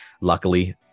luckily